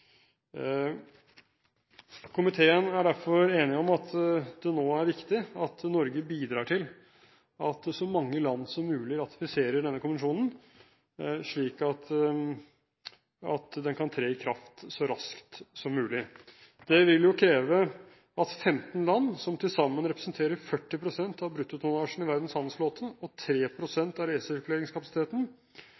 Komiteen er derfor enig om at det nå er viktig at Norge bidrar til at så mange land som mulig ratifiserer denne konvensjonen, slik at den kan tre i kraft så raskt som mulig. Det vil kreve at 15 land, som til sammen representerer 40 pst. av bruttotonnasjen i verdens handelsflåte og 3 pst. av resirkuleringskapasiteten, ratifiserer konvensjonen for at den skal tre